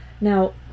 Now